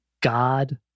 God